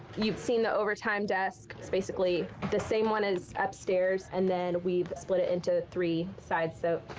you've seen the overtime desk. it's basically the same one as upstairs, and then we've split it into three sides, so.